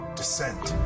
descent